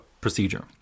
procedure